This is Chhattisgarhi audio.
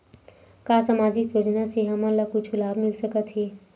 का सामाजिक योजना से हमन ला कुछु लाभ मिल सकत हे?